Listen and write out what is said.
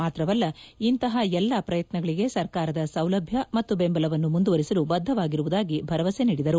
ಮಾತ್ರವಲ್ಲ ಇಂತಹ ಎಲ್ಲಾ ಪ್ರಯತ್ವಗಳಿಗೆ ಸರ್ಕಾರದ ಸೌಲಭ್ಯ ಮತ್ತು ಬೆಂಬಲವನ್ನು ಮುಂದುವರಿಸಲು ಬದ್ದವಾಗಿರುವುದಾಗಿ ಭರವಸೆ ನೀಡಿದರು